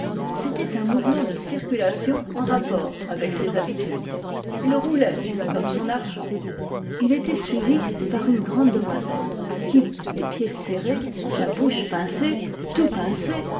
c'était un mouvement de circulation en rapport avec ses habitudes il roulait comme son argent il était suivi par une grande demoiselle qui les pieds serrés la bouche pincée tout pincé